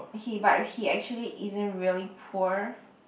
he but he actually isn't really poor